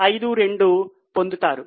52 పొందుతారు